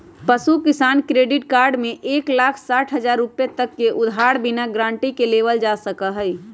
पशु किसान credit card में एक लाख साठ हजार रुपए तक के उधार बिना गारंटी के लेबल जा सका हई